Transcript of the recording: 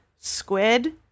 squid